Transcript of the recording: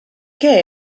che